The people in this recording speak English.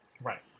Right